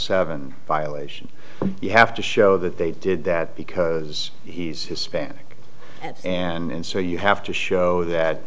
seven violation you have to show that they did that because he's hispanic and so you have to show that